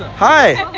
hi